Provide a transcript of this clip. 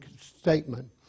statement